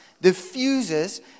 diffuses